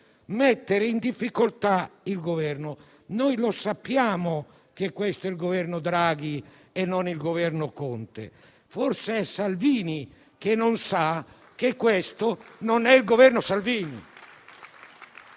mettere in difficoltà il Governo. Noi lo sappiamo che questo è il Governo Draghi e non il Governo Conte. Forse è Salvini che non sa che questo non è il Governo Salvini.